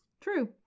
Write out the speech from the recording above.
True